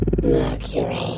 Mercury